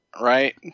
right